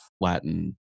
Latin